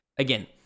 Again